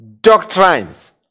doctrines